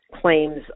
claims